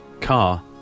car